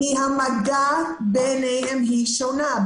המגע ביניהם היא שונה.